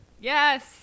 Yes